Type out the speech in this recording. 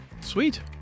Sweet